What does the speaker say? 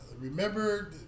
Remember